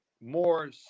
more